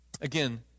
Again